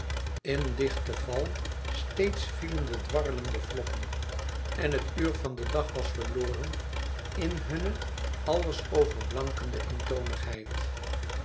in dichten val steeds vielen de dwarrelende vlokken en het uur van den dag was verloren in hunne alles